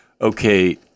okay